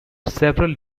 several